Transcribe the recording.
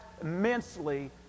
immensely